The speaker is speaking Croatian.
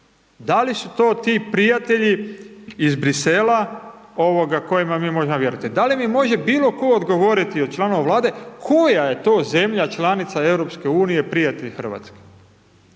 Da li su to ti prijatelji iz Brisela kojima vi možda vjerujete? Da li mi može bilo tko odgovoriti od članova Vlade koja je to zemlja, članica EU prijatelj RH, osim